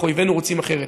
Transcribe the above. אך אויבינו רוצים אחרת.